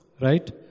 right